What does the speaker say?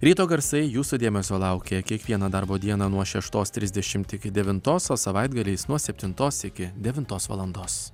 ryto garsai jūsų dėmesio laukia kiekvieną darbo dieną nuo šeštos trisdešimt iki devintos o savaitgaliais nuo septintos iki devintos valandos